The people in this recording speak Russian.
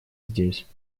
здесь